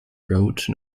wrote